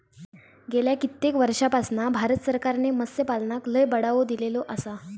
गेल्या कित्येक वर्षापासना भारत सरकारने मत्स्यपालनाक लय बढावो दिलेलो आसा